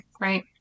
right